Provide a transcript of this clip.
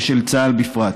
ושל צה"ל בפרט,